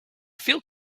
feel